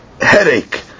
headache